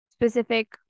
specific